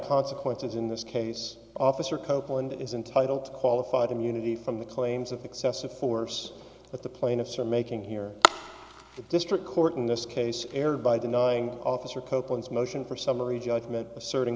consequences in this case officer copeland is entitled to qualified immunity from the claims of excessive force that the plaintiffs are making here the district court in this case erred by denying officer copeland's motion for summary judgment assertin